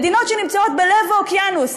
מדינות שנמצאות בלב האוקיאנוס,